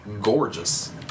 gorgeous